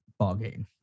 ballgame